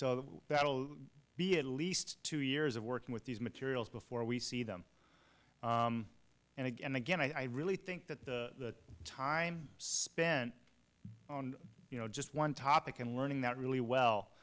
so that'll be at least two years of working with these materials before we see them and again and again i really think that the time spent on you know just one topic and learning that really well